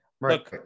Right